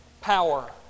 power